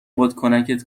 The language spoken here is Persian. بادکنکت